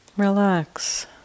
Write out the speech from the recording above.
Relax